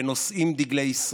ונושאים דגלי ישראל.